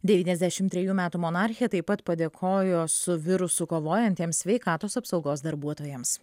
devyniasdešim trejų metų monarchė taip pat padėkojo su virusu kovojantiems sveikatos apsaugos darbuotojams